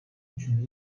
üçüncü